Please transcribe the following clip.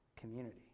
community